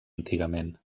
antigament